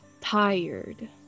tired